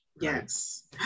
Yes